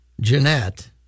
Jeanette